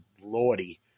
lordy